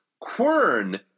Quern